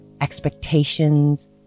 expectations